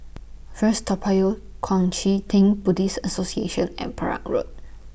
First Toa Payoh Kuang Chee Tng Buddhist Association and Perak Road